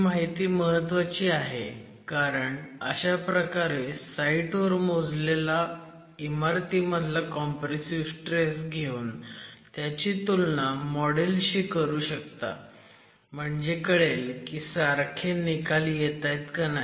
ही माहिती महत्वाची आहे कारण अशाप्रकारे साईटवर मोजलेला इमारतीमधला कॉम्प्रेसिव्ह स्ट्रेस घेऊन त्याची तुलना मॉडेल शी करू शकता म्हणजे कळेल की सारखे निकाल येतायत का नाही